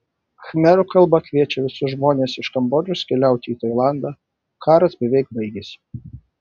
khmerų kalba kviečia visus žmones iš kambodžos keliauti į tailandą karas beveik baigėsi